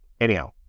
Anyhow